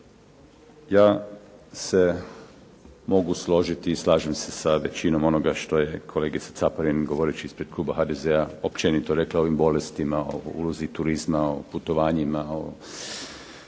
Ja se mogu složiti i slažem se sa većinom onoga što je kolegica Caparin govoreći ispred kluba HDZ-a općenito rekla o ovim bolestima, o ulozi turizma, o putovanjima, o